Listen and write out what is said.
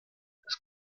das